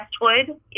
Westwood